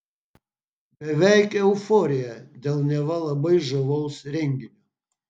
beveik euforija dėl neva labai žavaus renginio